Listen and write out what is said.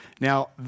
Now